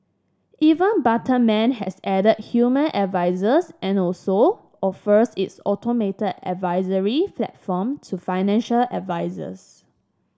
even Betterment has added human advisers and also offers its automated advisory platform to financial advisers